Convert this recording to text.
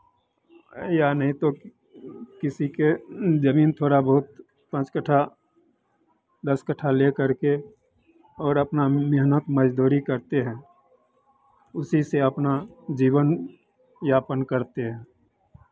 या नहीं तो किसी के ज़मीन थोड़ा बहुत पाँच कट्ठा दस कट्ठा लेकर के और अपना मेहनत मज़दूरी करते हैं उसी से अपना जीवन यापन करते हैं